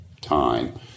time